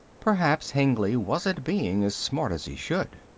perhaps hengly wasn't being as smart as he should.